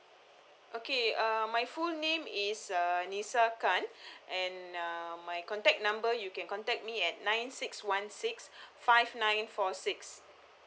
okay uh my full name is uh lisa kan and uh my contact number you can contact me at nine six one six five nine four six